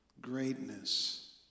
greatness